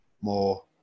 more